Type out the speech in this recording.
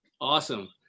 Awesome